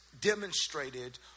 demonstrated